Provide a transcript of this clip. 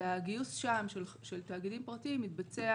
והגיוס שם של תאגידים פרטיים מתבצע